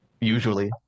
Usually